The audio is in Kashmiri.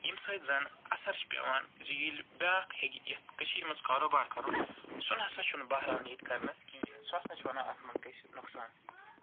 ییٚمہِ سۭتۍ زن اثر چھُ پٮ۪وان زِ ییٚلہِ بیٛاکھ ہیٚکہِ یَتھ کٔشیٖرِ منٛز کارو بار کَرُن سُہ نَہ سا چھُنہٕ بہران ییٚتہِ کرنس کیٚنٛہہ سُہ سا چھُ وَنان اتھ منٛز گَژھِ نۄقصان